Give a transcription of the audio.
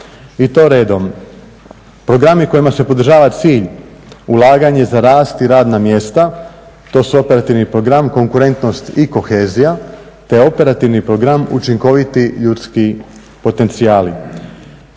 i to redom Programi kojima se podržava cilj ulaganje za rast i radna mjesta, to su Operativni program, konkurentnost i kohezija, te Operativni program učinkoviti ljudski potencijali.